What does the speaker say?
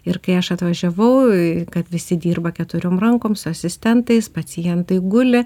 ir kai aš atvažiavau į kad visi dirba keturiom rankom su asistentais pacientai guli